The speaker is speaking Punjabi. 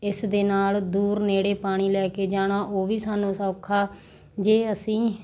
ਇਸ ਦੇ ਨਾਲ ਦੂਰ ਨੇੜੇ ਪਾਣੀ ਲੈ ਕੇ ਜਾਣਾ ਉਹ ਵੀ ਸਾਨੂੰ ਸੌਖਾ ਜੇ ਅਸੀਂ